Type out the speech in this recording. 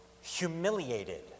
humiliated